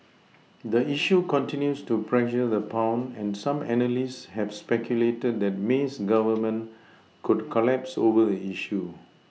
the issue continues to pressure the pound and some analysts have speculated that May's Government could collapse over the issue